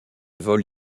vol